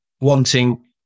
wanting